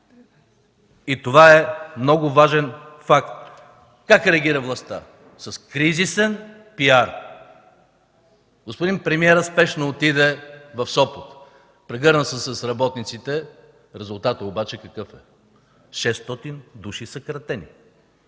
Това е много важен факт. Как реагира властта? С кризисен PR! Господин премиерът спешно отиде в Сопот и се прегърна с работниците. Резултатът обаче какъв е? Шестстотин души – съкратени.